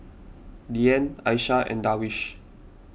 Dian Aishah and Darwish